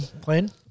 playing